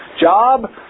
job